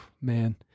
Man